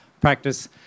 practice